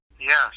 Yes